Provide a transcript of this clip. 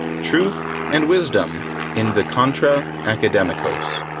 truth and wisdom in the contra academicos.